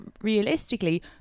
realistically